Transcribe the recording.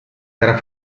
era